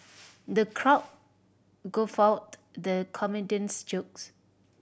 the crowd guffawed the comedian's jokes